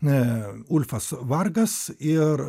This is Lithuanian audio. e ulfas vargas ir